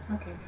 Okay